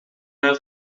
haar